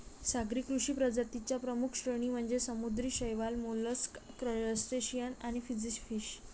सागरी कृषी प्रजातीं च्या प्रमुख श्रेणी म्हणजे समुद्री शैवाल, मोलस्क, क्रस्टेशियन आणि फिनफिश